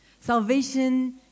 Salvation